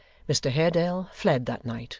mr haredale fled that night.